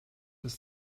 ist